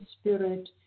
spirit